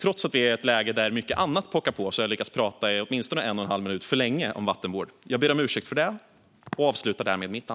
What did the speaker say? Trots att vi är i ett läge där mycket annat pockar på inser jag att jag har lyckats prata åtminstone en och en halv minut för länge om vattenvård. Jag ber om ursäkt för detta.